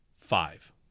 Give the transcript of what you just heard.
five